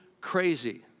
crazy